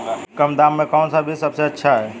कम दाम में कौन सा बीज सबसे अच्छा है?